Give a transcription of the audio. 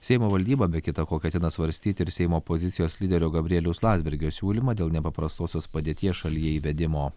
seimo valdyba be kita ko ketina svarstyti ir seimo opozicijos lyderio gabrieliaus landsbergio siūlymą dėl nepaprastosios padėties šalyje įvedimo